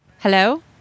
Hello